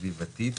סביבתית